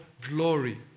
glory